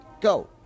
go